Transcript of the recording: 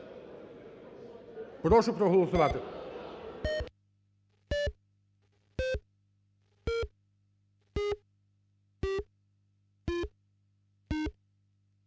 Прошу проголосувати